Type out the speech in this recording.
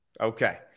Okay